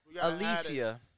Alicia